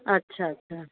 अच्छा अच्छा